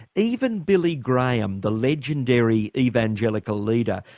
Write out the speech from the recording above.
even billy graham the legendary evangelical leader,